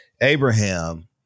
Abraham